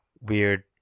weird